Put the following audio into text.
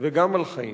וגם על חיים.